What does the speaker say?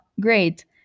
great